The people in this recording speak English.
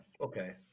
okay